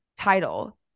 title